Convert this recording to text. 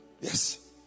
Yes